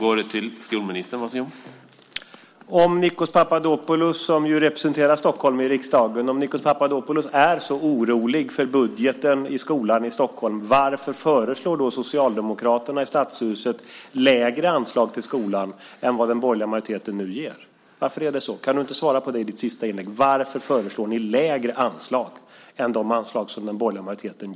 Herr talman! Om Nikos Papadopoulos, som representerar Stockholm i riksdagen, är så orolig för skolbudgeten i Stockholm, varför föreslår då Socialdemokraterna i Stadshuset lägre anslag till skolan än den borgerliga majoriteten vill ge? Varför är det så? Kan du inte svara på detta i ditt sista inlägg. Varför föreslår ni lägre anslag än den borgerliga majoriteten?